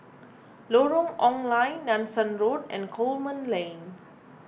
Lorong Ong Lye Nanson Road and Coleman Lane